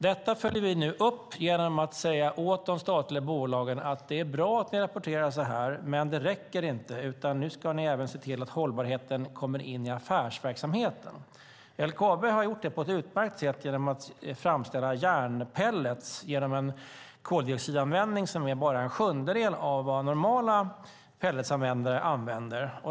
Detta följer vi nu upp genom att säga åt de statliga bolagen att det är bra att de rapporterar så här men att det inte räcker. Nu ska de även se till att hållbarheten kommer in i affärsverksamheten. LKAB har gjort detta på ett utmärkt sätt genom att framställa järnpellets med en koldioxidanvändning som är bara en sjundedel av vad normala pelletsanvändare använder.